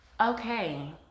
Okay